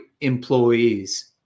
employees